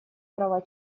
права